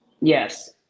Yes